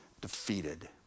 defeated